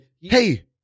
Hey